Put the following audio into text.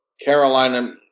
Carolina